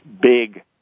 big